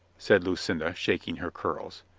said lucinda, shaking her curls.